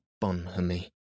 bonhomie